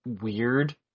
weird